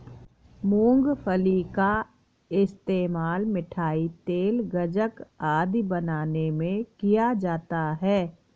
मूंगफली का इस्तेमाल मिठाई, तेल, गज्जक आदि बनाने में किया जाता है